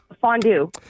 Fondue